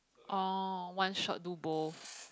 oh one shot do both